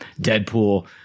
Deadpool